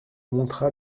montra